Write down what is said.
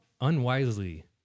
unwisely